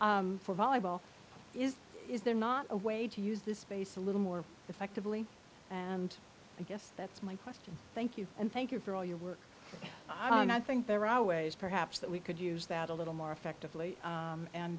summer for volleyball is is there not a way to use this space a little more effectively and i guess that's my question thank you and thank you for all your work and i think there are ways perhaps that we could use that a little more effectively